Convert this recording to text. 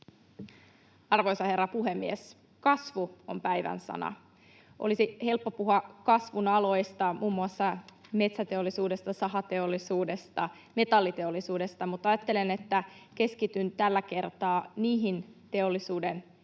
Arvoisa herra puhemies! Kasvu on päivän sana. Olisi helppo puhua kasvun aloista, muun muassa metsäteollisuudesta, sahateollisuudesta ja metalliteollisuudesta, mutta ajattelen, että keskityn tällä kertaa niihin teollisuuden ja